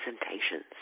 presentations